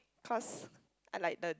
cause I like the